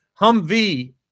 Humvee